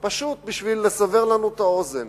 פשוט בשביל לסבר את האוזן.